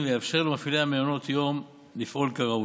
ויאפשר למפעילי מעונות היום לפעול כראוי.